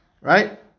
Right